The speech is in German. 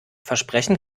versprechen